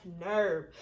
nerve